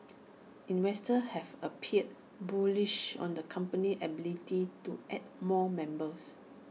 investors have appeared bullish on the company's ability to add more members